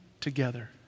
together